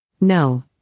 No